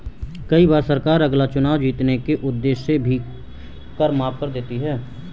कई बार सरकार अगला चुनाव जीतने के उद्देश्य से भी कर माफ कर देती है